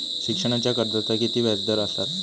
शिक्षणाच्या कर्जाचा किती व्याजदर असात?